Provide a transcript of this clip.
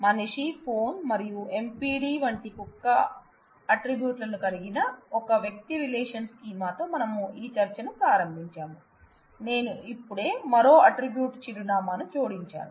మనిషి ఫోన్ మరియు MPD వంటి కుక్క ఆట్రిబ్యూట్ లను కలిగిన ఒక వ్యక్తి రిలేషనల్ స్కీం తో మనం ఈ చర్చను ప్రారంభించాం నేను ఇప్పుడే మరో ఆట్రిబ్యూట్ చిరునామాను జోడించాను